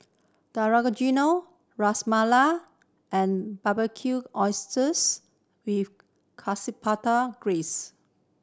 Dangojiru Ras Malai and Barbecued Oysters with Chipotle Glaze